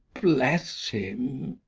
bless him.